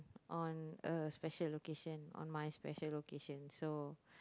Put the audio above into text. on a special location on my special location so